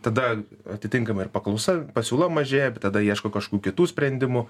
tada atitinkamai ir paklausa pasiūla mažėja tada ieško kažkokių kitų sprendimų